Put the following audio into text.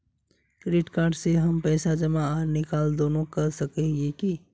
Credit card से हम पैसा जमा आर निकाल दोनों कर सके हिये की?